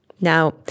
Now